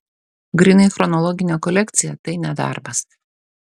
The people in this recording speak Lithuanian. grynai chronologinė kolekcija tai ne darbas